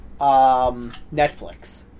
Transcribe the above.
Netflix